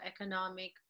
economic